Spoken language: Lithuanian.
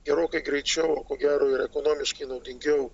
gerokai greičiau ko gero ir ekonomiškai naudingiau